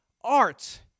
art